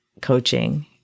coaching